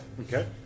Okay